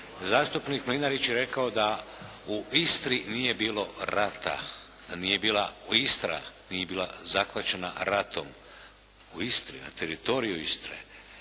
Zastupnik Mlinarić je rekao da u Istri nije bilo rata, nije bila Istra nije bila zahvaćena ratom. U Istri, na teritoriju Istre,